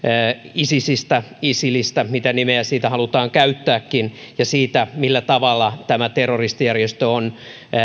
isisistä isilistä mitä nimeä siitä halutaan käyttääkin ja siitä millä tavalla tämä terroristijärjestö on